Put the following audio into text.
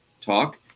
talk